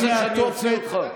יהודים מהתופת,